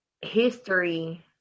history